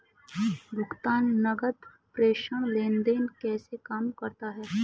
भुगतान नकद प्रेषण लेनदेन कैसे काम करता है?